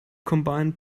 combined